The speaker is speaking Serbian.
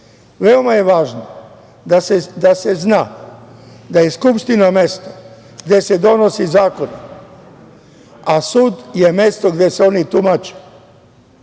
Veoma je važno da se zna da je Skupština mesto gde se donose zakon, a sud je mesto gde se oni tumače.